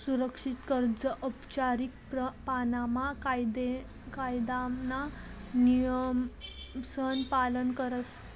सुरक्षित कर्ज औपचारीक पाणामा कायदाना नियमसन पालन करस